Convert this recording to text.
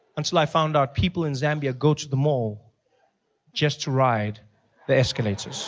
until i found out people in zambia go to the mall just to ride the escalators